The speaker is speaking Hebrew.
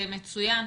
מצוין.